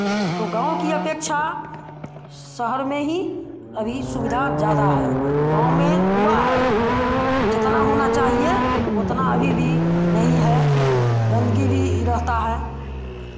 तो गाँव की अपेक्षा शहर में ही अभी सुविधा ज्यादा है गाँव में हुआ है जितना होना चाहिए उतना अभी भी नहीं है गंदगी भी रहता है